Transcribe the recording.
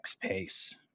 pace